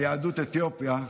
יהדות אתיופיה.